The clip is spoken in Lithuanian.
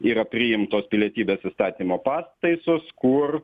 yra priimtos pilietybės įstatymo pataisos kur